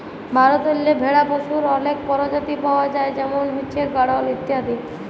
ভারতেল্লে ভেড়া পশুর অলেক পরজাতি পাউয়া যায় যেমল হছে গাঢ়ল ইত্যাদি